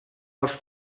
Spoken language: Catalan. els